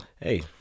hey